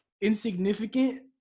insignificant